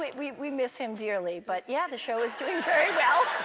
we we miss him dearly but yeah, the show is doing very well.